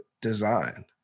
design